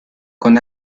con